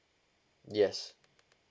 yes